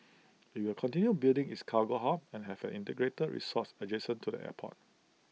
IT will continue building its cargo hub and have an integrated resorts adjacent to the airport